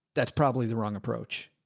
that's probably the wrong approach,